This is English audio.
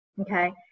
okay